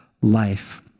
life